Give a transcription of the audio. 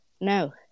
No